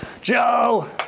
Joe